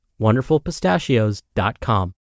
WonderfulPistachios.com